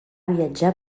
viatjar